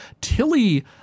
Tilly